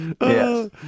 yes